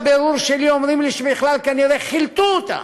בבירור שלי אומרים לי שבכלל כנראה חילטו אותם.